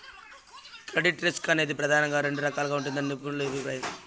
credit risk అనేది ప్రెదానంగా రెండు రకాలుగా ఉంటదని నిపుణుల అభిప్రాయం